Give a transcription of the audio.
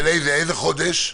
באיזה חודש?